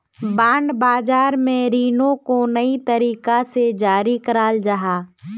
bond बाज़ार में रीनो को नए तरीका से जारी कराल जाहा